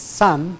son